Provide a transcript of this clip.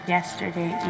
Yesterday